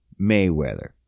Mayweather